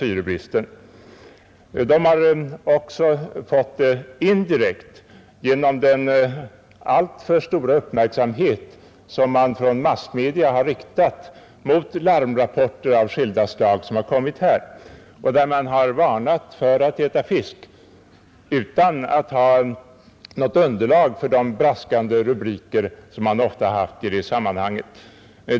Yrkesfiskarna har också lidit indirekt genom den uppmärksamhet som massmedia har ägnat larmrapporter av skilda slag. Man har varnat människorna för att äta fisk utan att ha något underlag för de braskande rubriker som man i detta sammanhang ofta har tagit till.